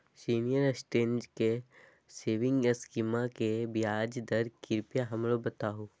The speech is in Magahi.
सीनियर सिटीजन के सेविंग स्कीमवा के ब्याज दर कृपया हमरा बताहो